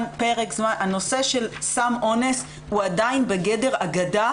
הנושא של סם אונס הוא עדיין בגדר אגדה